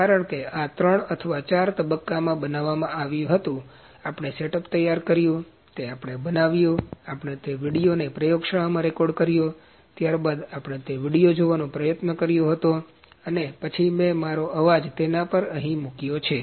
કારણ કે આ ત્રણ અથવા ચાર તબક્કામાં બનાવવામાં આવ્યું હતું આપણે સેટઅપ તૈયાર કર્યું તે આપણે બનાવ્યું આપણે તે વીડીયો ને પ્રયોગશાળામાં રેકોર્ડ કર્યો ત્યારબાદ આપણે તે વિડિઓ જોવાનો પ્રયત્ન કર્યો હતો અને પછી મેં મારો અવાજ તેના પર અહીં મૂક્યો છે